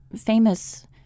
famous